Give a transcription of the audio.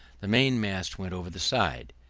the main-mast went over the side.